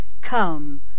come